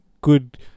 good